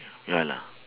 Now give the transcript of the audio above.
ya lah